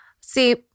see